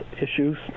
issues